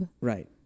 Right